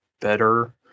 better